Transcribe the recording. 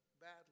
badly